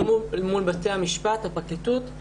בתי המשפט,